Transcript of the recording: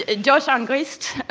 ah josh angrist,